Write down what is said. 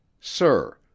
Sir